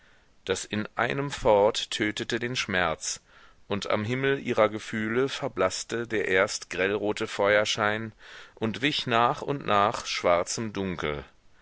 das ineinemfort tötete den schmerz und am himmel ihrer gefühle verblaßte der erst grellrote feuerschein und wich nach und nach schwarzem dunkel